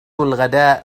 الغداء